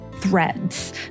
threads